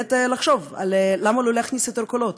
ובאמת לחשוב למה לא להכניס יותר קולות,